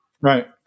Right